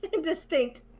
Distinct